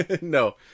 No